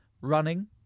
Running